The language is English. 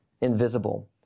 invisible